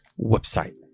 website